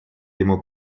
ему